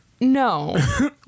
no